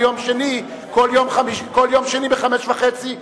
את הדיונים ב-17:30,